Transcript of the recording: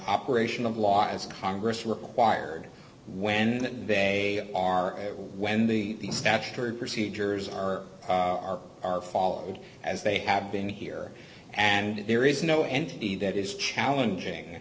operation of law as congress required when they are when the statutory procedures are are are followed as they have been here and there is no entity that is challenging